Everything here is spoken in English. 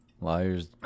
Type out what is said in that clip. Liars